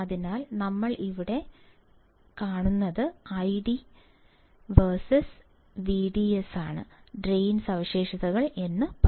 അതിനാൽ നമ്മൾ ഇവിടെ കാണുന്നത് ഐഡി വേഴ്സസ് വിഡിഎസാണ് ഡ്രെയിൻ സവിശേഷതകൾ ആണ്